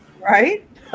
Right